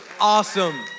awesome